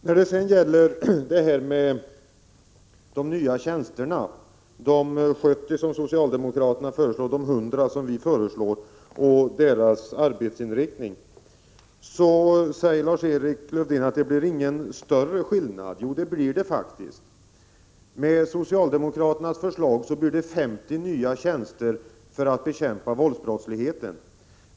När det sedan gäller antalet nya tjänster — socialdemokraterna föreslår 70, och vi föreslår 100 — och deras arbetsinriktning säger Lars-Erik Lövdén att vårt förslag inte innebär någon större skillnad. Jo, det gör det faktiskt. Med socialdemokraternas förslag blir det 50 nya tjänster för att bekämpa våldsbrottsligheten.